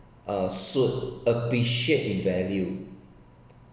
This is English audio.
uh should appreciate in value